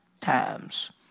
times